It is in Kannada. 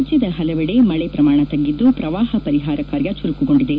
ರಾಜ್ಯದ ಹಲವೆಡೆ ಮಳೆ ಪ್ರಮಾಣ ತಗ್ಗಿದ್ದು ಪ್ರವಾಹ ಪರಿಹಾರ ಕಾರ್ಯ ಚುರುಕುಗೊಂಡಿದೆ